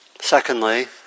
secondly